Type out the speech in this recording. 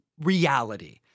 reality